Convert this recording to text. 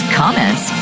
comments